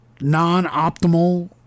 non-optimal